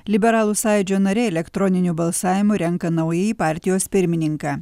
liberalų sąjūdžio nariai elektroniniu balsavimu renka naująjį partijos pirmininką